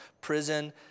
prison